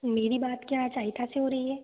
मेरी बात क्या चाहिता से हो रही है